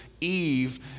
Eve